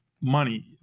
money